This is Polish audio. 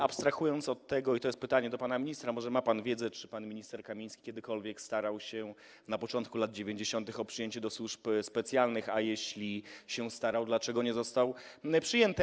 Abstrahując od tego, to jest pytanie do pana ministra: Może ma pan wiedzę, czy pan minister Kamiński kiedykolwiek starał się na początku lat 90. o przyjęcie do służb specjalnych, a jeśli się starał, dlaczego nie został przyjęty?